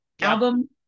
album